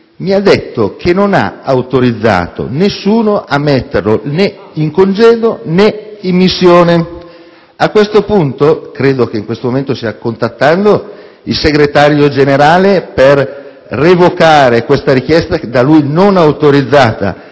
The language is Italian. mi ha detto che non ha autorizzato nessuno a metterlo né in congedo né in missione. Credo che in questo momento stia contattando il Segretario generale per revocare questa richiesta da lui non autorizzata,